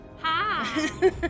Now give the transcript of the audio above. Hi